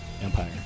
Empire